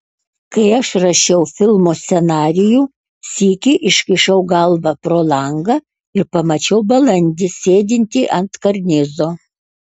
kai aš rašiau filmo scenarijų sykį iškišau galvą pro langą ir pamačiau balandį sėdintį ant karnizo